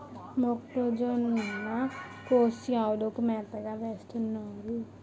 మొక్కజొన్న కోసి ఆవులకు మేతగా వేసినారు